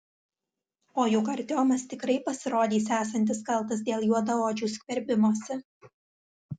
o juk artiomas tikrai pasirodys esantis kaltas dėl juodaodžių skverbimosi